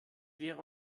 wäre